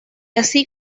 así